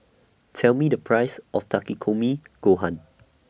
Tell Me The Price of Takikomi Gohan